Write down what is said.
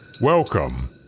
welcome